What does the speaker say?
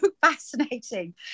fascinating